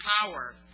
power